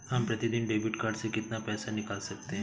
हम प्रतिदिन debit card से कितना पैसा निकाल सकते हैं?